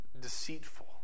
deceitful